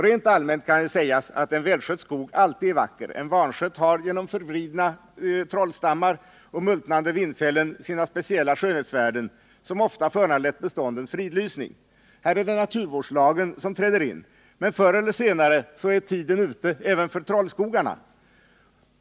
Rent allmänt kan sägas att en välskött skog alltid är vacker. En vanskött har genom förvridna trollstammar och multnande vindfällen sina speciella skönhetsvärden, som ofta föranlett beståndens fridlysning. Här är det naturvårdslagen som träder in. Men förr eller senare är tiden ute även för trollskogarna.